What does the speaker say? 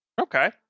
Okay